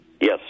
Yes